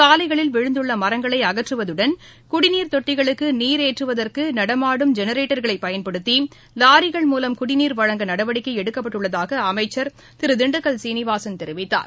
சாலைகளில் விழுந்துள்ளமரங்களைஅகற்றுவதுடன் குடிநீர் தொட்டிகளுக்குநீரேற்றுவதற்குநடமாடும் ஜெனரேட்டர்களைபயன்படுத்தி லாரிகள் மூலம் குடிநீர் வழங்க நடவடிக்கைஎடுக்கப்பட்டள்ளதாகஅமைச்ச் திருதிண்டுக்கல் சீனிவாசன் தெரிவித்தார்